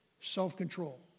Self-control